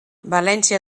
valència